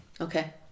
okay